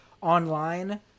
online